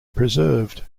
preserved